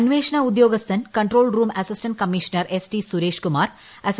അന്വേഷണ ഉദ്യോഗസ്ഥൻ control room assistant commissioner S T Suresh Kumar അസി